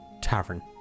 Tavern